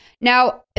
Now